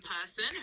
person